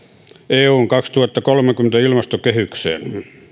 eun kaksituhattakolmekymmentä ilmastokehykseen